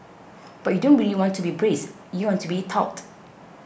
but you don't really want to be braced you want to be taut